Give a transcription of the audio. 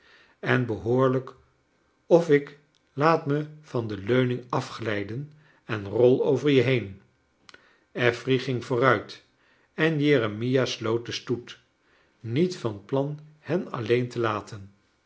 en behoorlijk of ik laat me van de leuning afglijden en rol over je heen affery ging vooruit en jeremia sloot den stoet niet van plan hen alleen te laten